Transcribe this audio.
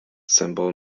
symbol